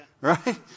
right